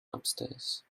upstairs